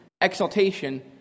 exaltation